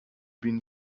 been